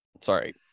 sorry